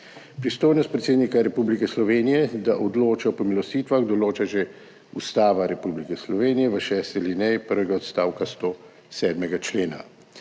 Pristojnost predsednika Republike Slovenije, da odloča o pomilostitvah, določa že Ustava Republike Slovenije v šesti alineji 1. odstavka 107. člena.